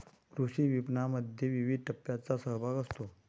कृषी विपणनामध्ये विविध टप्प्यांचा सहभाग असतो